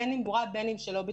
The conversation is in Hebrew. בין אם בתמורה ובין אם שלא בתמורה.